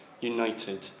united